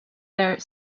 their